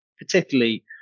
particularly